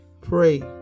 pray